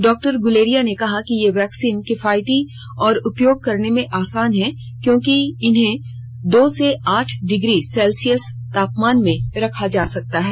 doctor Guleria ने कहा कि ये वैक्सीन किफायती और उपयोग करने में आसान है क्योंकि इन्हें दो से आठ डिग्री सेल्सियस तापमान में रखा जा सकता है